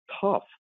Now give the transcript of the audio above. tough